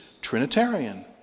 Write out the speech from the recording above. Trinitarian